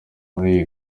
muri